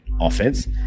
offense